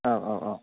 औ औ औ